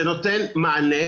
זה נותן מענה,